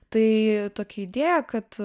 tai tokia idėja kad